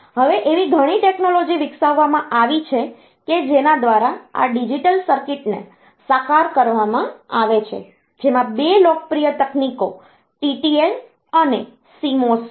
હવે એવી ઘણી ટેક્નૉલૉજી વિકસાવવામાં આવી છે કે જેના દ્વારા આ ડિજિટલ સર્કિટને સાકાર કરવામાં આવે છે જેમાં 2 લોકપ્રિય તકનીકો TTL અને CMOS છે